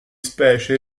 specie